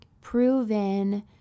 proven